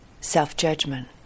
self-judgment